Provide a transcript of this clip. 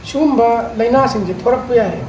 ꯁꯨꯒꯨꯝꯕ ꯂꯥꯏꯅꯥꯁꯤꯡꯁꯤ ꯊꯣꯛꯂꯛꯄ ꯌꯥꯏꯌꯦꯕ